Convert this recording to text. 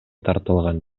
тартылган